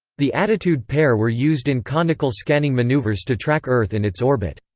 the attitude pair were used in conical scanning maneuvers to track earth in its orbit.